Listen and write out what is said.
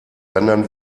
rendern